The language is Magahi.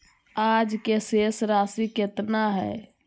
आज के शेष राशि केतना हइ?